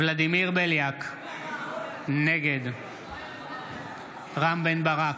ולדימיר בליאק, נגד רם בן ברק,